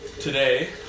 today